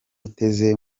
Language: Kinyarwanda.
iteze